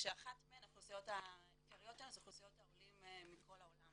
כשאחת מהאוכלוסיות העיקריות זה אוכלוסיית העולים מכל העולם.